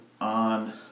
on